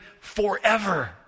forever